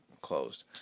closed